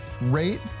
rate